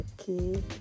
Okay